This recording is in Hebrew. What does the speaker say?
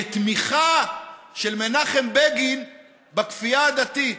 כתמיכה של מנחם בגין בכפייה הדתית.